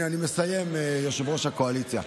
הינה, אני מסיים, יושב-ראש הקואליציה.